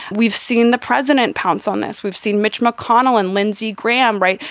we've seen the president pounce on this. we've seen mitch mcconnell and lindsey graham. right.